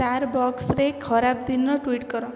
star ବକ୍ସରେ ଖରାପ ଦିନ ଟୁଇଟ୍ କର